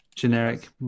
Generic